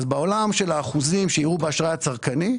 בעולם של האחוזים שיראו באשראי הצרכני,